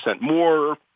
more